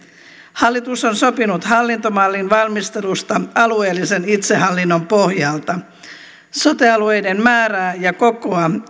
hallitus on sopinut hallintomallin valmistelusta alueellisen itsehallinnon pohjalta sote alueiden määrää ja kokoa